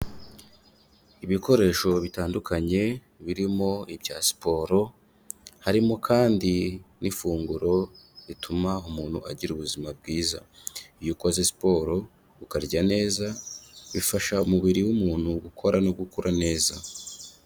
Ibikoresho bitandukanye birimo ibya siporo, harimo kandi n'ifunguro rituma umuntu agira ubuzima bwiza, iyo ukoze siporo ukarya neza bifasha umubiri w'umuntu gukora no gukura neza.